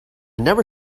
never